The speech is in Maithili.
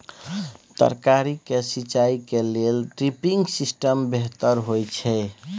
तरकारी के सिंचाई के लेल ड्रिपिंग सिस्टम बेहतर होए छै?